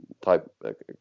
type